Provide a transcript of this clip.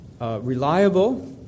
reliable